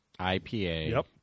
IPA